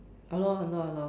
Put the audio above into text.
!hannor! !hannor! !hannor!